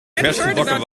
versgebakken